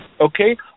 okay